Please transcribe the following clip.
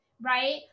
right